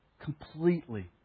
completely